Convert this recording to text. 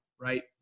right